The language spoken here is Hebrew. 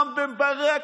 רם בן ברק,